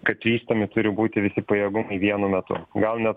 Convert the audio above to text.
kad vystomi turi būti visi pajėgumai vienu metu gal net